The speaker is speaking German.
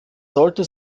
sollte